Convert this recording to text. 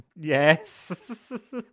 Yes